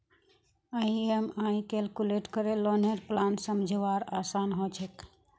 EMI calculate करे लौनेर plan समझवार आसान ह छेक